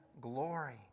glory